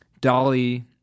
Dolly